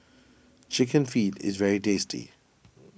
Chicken Feet is very tasty